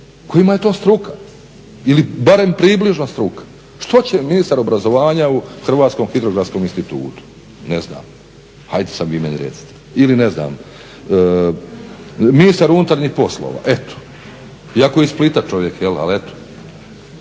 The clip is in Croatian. kojima je to struka ili barem približno struka. Što će ministar obrazovanja u Hrvatskom hidrografskom institutu. Ne znam, ajde sada vi meni recite. Ili ne znam ministar unutarnjih poslova, eto, iako je iz Splita čovjek, ali eto.